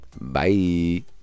bye